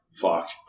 fuck